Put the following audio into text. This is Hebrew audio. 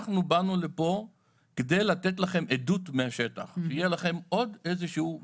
אנחנו באנו לפה כדי לתת לכם עדות מהשטח: שיהיה לכם עוד איזשהו מידע,